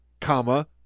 Comma